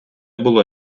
було